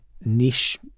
niche